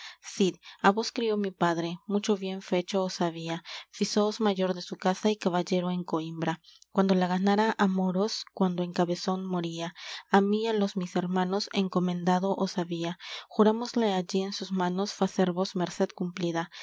cid á vos crió mi padre mucho bien fecho os había fízoos mayor de su casa y caballero en coímbra cuando la ganara á moros cuando en cabezón moría á mí y á los mis hermanos encomendado os había jurámosle allí en sus manos facervos merced cumplida